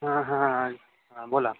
हां हां हां बोला